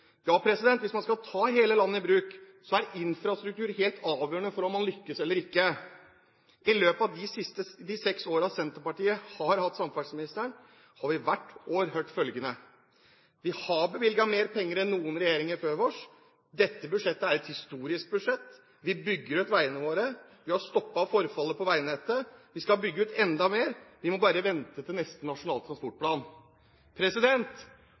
Ja, hvis man skal ta hele landet i bruk, er infrastruktur helt avgjørende for om man lykkes eller ikke. I løpet av de seks årene Senterpartiet har hatt samferdselsministeren, har vi hvert år hørt følgende: Vi har bevilget mer penger enn noen regjeringer før oss, dette budsjettet er et historisk budsjett, vi bygger ut veiene våre, vi har stoppet forfallet på veinettet, vi skal bygge ut enda mer – vi må bare vente til neste Nasjonal transportplan.